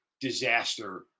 disaster